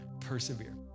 persevere